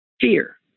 fear